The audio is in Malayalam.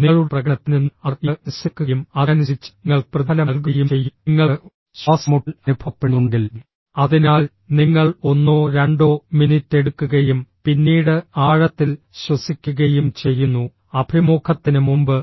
നിങ്ങളുടെ പ്രകടനത്തിൽ നിന്ന് അവർ ഇത് മനസ്സിലാക്കുകയും അതിനനുസരിച്ച് നിങ്ങൾക്ക് പ്രതിഫലം നൽകുകയും ചെയ്യും നിങ്ങൾക്ക് ശ്വാസംമുട്ടൽ അനുഭവപ്പെടുന്നുണ്ടെങ്കിൽ അതിനാൽ നിങ്ങൾ ഒന്നോ രണ്ടോ മിനിറ്റ് എടുക്കുകയും പിന്നീട് ആഴത്തിൽ ശ്വസിക്കുകയും ചെയ്യുന്നു അഭിമുഖത്തിന് മുമ്പ്